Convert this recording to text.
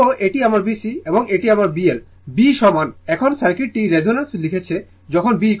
সুতরাং এটি আমার B C এবং এটি আমার B L B সমান এখন সার্কিটটি রেজোন্যান্সে রয়েছে যখন B0